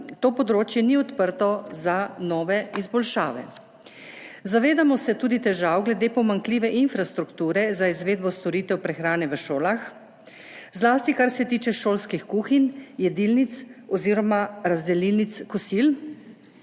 to področje ni odprto za nove izboljšave. Zavedamo se tudi težav glede pomanjkljive infrastrukture za izvedbo storitev prehrane v šolah, zlasti kar se tiče šolskih kuhinj, jedilnic oziroma razdelilnic kosil,